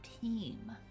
team